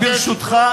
ברשותך,